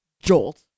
jolt